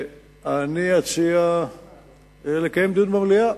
אני אציע לקיים דיון במליאה,